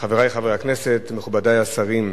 חברי חברי הכנסת, מכובדי השרים,